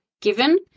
given